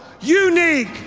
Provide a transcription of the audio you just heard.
Unique